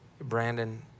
Brandon